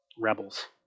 rebels